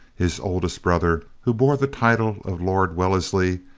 his oldest brother, who bore the title of lord wellesley,